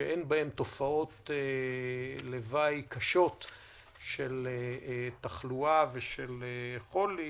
שאין בהן תופעות לוואי קשות של תחלואה ושל חולי,